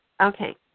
Okay